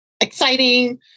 exciting